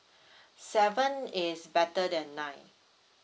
seven is better than nine